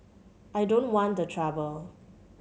I don't want the trouble